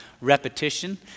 repetition